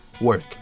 work